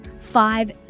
five